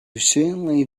certainly